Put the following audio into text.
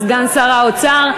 סגן שר האוצר.